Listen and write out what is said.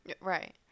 Right